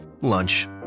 Lunch